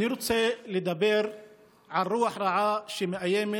אני רוצה לדבר על רוח רעה שמאיימת